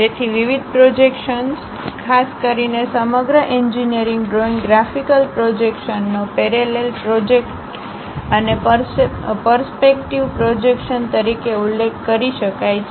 તેથી વિવિધ પ્રોજેક્શન ખાસ કરીને સમગ્ર એન્જિનિયરિંગ ડ્રોઇંગ ગ્રાફિકલ પ્રોજેક્શન નો પેરેલલ પ્રોજેક્શન અને પરસ્પેક્ટિવ પ્રોજેક્શન તરીકે ઉલ્લેખ કરી શકાય છે